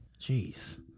Jeez